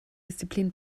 disziplin